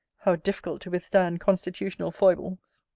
how difficult to withstand constitutional foibles!